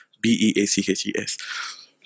B-E-A-C-H-E-S